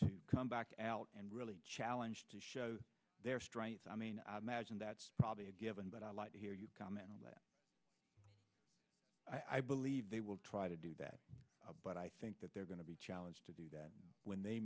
to come back out and really challenge to show their strengths i mean i imagine that's probably a given but i'd like to hear you comment on that i believe they will try to do that but i think that they're going to be challenged to do that when they